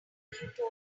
yesterday